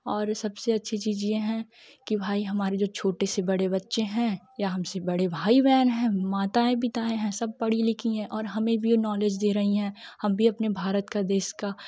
और सबसे अच्छी चीज़ यह है की भाई हमारे छोटे से बड़े बड़े बच्चे है या हमसे बड़े भाई बहन है माताएँ है पिताएँ है सब पढ़ी लिखी है और हमें भी नॉलेज दे रही है हम भी अपने भारत का देश का